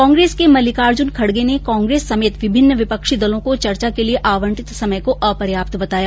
कांग्रेस के मलिकार्जुन खडगे ने कांग्रेस समेत विभिन्न विपक्षी दलों को चर्चा के लिये आंवटित समय को अपर्याप्त बताया